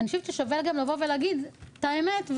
אני חושבת ששווה לבוא ולהגיד את האמת.